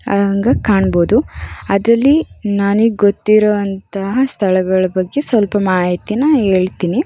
ಹಾಗೆ ಕಾಣಬಹುದು ಅದರಲ್ಲಿ ನನಗೆ ಗೊತ್ತಿರುವಂತಹ ಸ್ಥಳಗಳ ಬಗ್ಗೆ ಸ್ವಲ್ಪ ಮಾಹಿತಿನ ಹೇಳ್ತೀನಿ